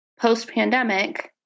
post-pandemic